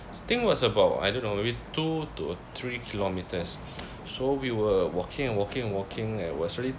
I think was about I don't know maybe two to three kilometres so we were walking and walking and walking at was already